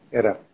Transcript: era